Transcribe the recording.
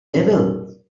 devil